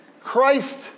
Christ